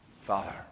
Father